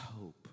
hope